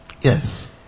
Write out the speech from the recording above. Yes